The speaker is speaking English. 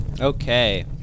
Okay